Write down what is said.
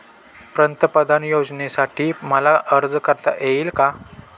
पंतप्रधान योजनेसाठी मला अर्ज करता येईल का?